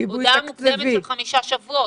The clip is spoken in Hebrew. הודעה מוקדמת של 5 שבועות.